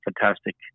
fantastic